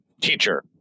teacher